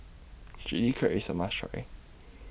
Chilli Crab IS A must Try